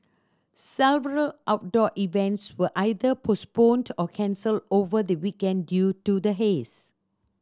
several outdoor events were either postponed or cancelled over the weekend due to the haze